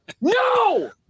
no